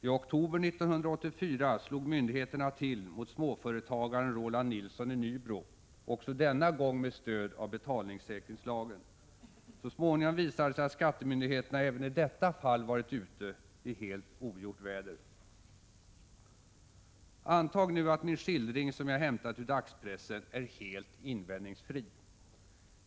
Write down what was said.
I oktober 1984 slog myndigheterna till mot småföretagaren Roland Nilsson i Nybro, också denna gång med stöd av betalningssäkringslagen. Så småningom visade det sig att skattemyndigheterna även i detta fall varit ute helt i ogjort väder. Antag nu att min skildring, som jag hämtat ur dagspressen, är helt invändningsfri.